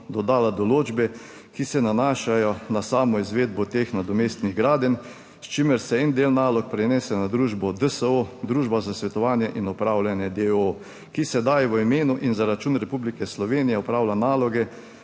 dodala določbe, ki se nanašajo na samo izvedbo teh nadomestnih gradenj, s čimer se en del nalog prenese na družbo DSU (Družba za svetovanje in upravljanje d. o. o.), ki sedaj v imenu in za račun Republike Slovenije opravlja naloge,